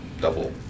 Double